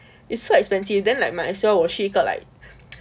it's so expensive then like might as well 我去一个 like